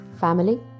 family